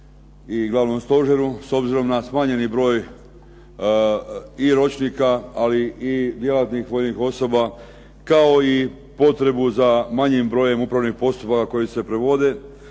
i glavnom stožeru, s obzirom na smanjeni broj i ročnika, ali i djelatnih vojnih osoba, kao i potrebu za manjim brojem upravnih postupaka koji se provode.